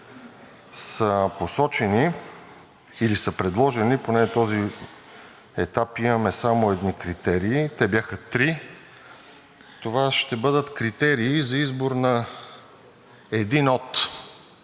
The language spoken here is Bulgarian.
са посочени или са предложени – поне на този етап имаме един критерий, те бяха три – това ще бъдат критерии за избор на един от: